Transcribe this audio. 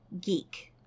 GEEK